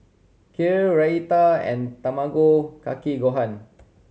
Kheer Raita and Tamago Kake Gohan